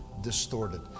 distorted